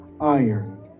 iron